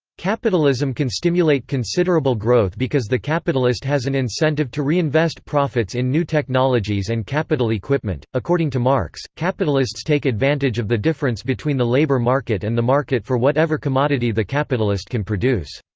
capitalism can stimulate considerable growth because the capitalist has an incentive to reinvest profits in new technologies and capital equipment according to marx, capitalists take advantage of the difference between the labour market and the market for whatever commodity the capitalist can produce.